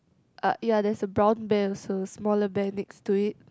uh ya there's a brown bear also smaller bear next to it